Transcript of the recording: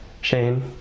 Shane